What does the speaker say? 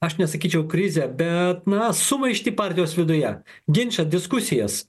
aš nesakyčiau krizę bet na sumaištį partijos viduje ginčą diskusijas